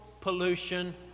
pollution